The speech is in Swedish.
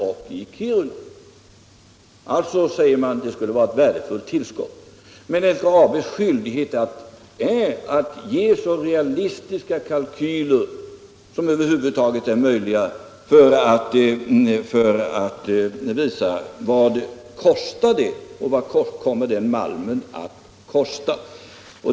Man menar alltså att det skulle vara ett värdefullt tillskott. Men LKAB:s skyldighet är att göra upp så realistiska kalkyler som över huvud taget är möjliga över utgifterna för denna brytning och över vad den malm som det gäller kommer att kosta.